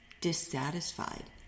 dissatisfied